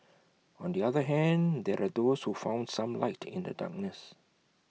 on the other hand there are those who found some light in the darkness